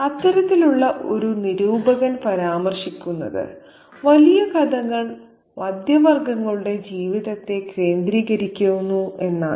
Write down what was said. അത്തരത്തിലുള്ള ഒരു നിരൂപകൻ പരാമർശിക്കുന്നത് വലിയ കഥകൾ മധ്യവർഗങ്ങളുടെ ജീവിതത്തെ കേന്ദ്രീകരിക്കുന്നു എന്നാണ്